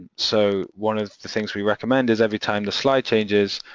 so one of the things we recommend is every time the slide changes,